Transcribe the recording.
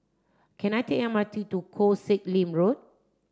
can I take M R T to Koh Sek Lim Road